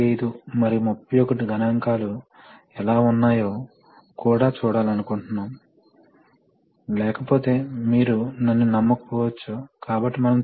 కాబట్టి నియంత్రణ కొంతవరకు ఇలా ఉంటుంది మీకు లెవెల్ కంట్రోల్ చాలా సింపుల్